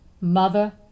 mother